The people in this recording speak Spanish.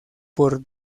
por